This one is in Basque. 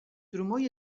trumoi